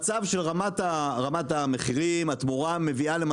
קיבוצים וכולם נפגעו